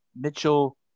Mitchell